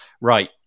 Right